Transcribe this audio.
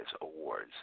Awards